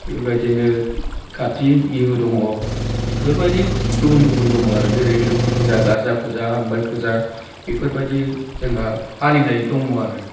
बेबादिनो काति बिहु दङ बेफोरबादि गुबुन गुबुन दङ आरो जेरै लोखि फुजा गारजा फुजा हामबाय फुजा बेफोरबायदि जोंहा फालिनाय दङ आरो